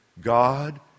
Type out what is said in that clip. God